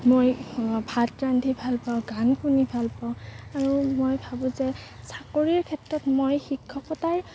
মই ভাত ৰান্ধি ভাল পাওঁ গান শুনি ভাল পাওঁ আৰু মই ভাবোঁ যে চাকৰিৰ ক্ষেত্ৰত মই শিক্ষকতাৰ